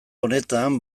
honetan